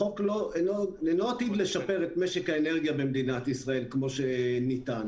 החוק אינו עתיד לשפר את משק האנרגיה במדינת ישראל כמו שנטען.